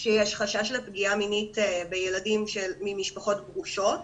כאשר יש חשש לפגיעה מינית בילדים ממשפחות גרושות